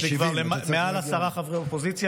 יש לנו מעל עשרה חברי אופוזיציה.